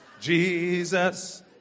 Jesus